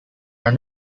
are